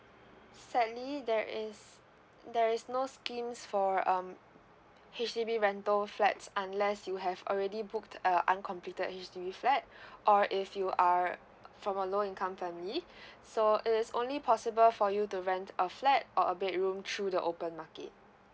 sadly there is there is no schemes for um H_D_B rental flats unless you have already booked a uncompleted H_D_B flat or if you are from a low income family so it is only possible for you to rent a flat or a bedroom through the open market